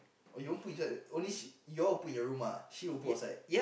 oh you won't put with her only she you all will put in the room ah she will put outside